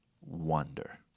wonder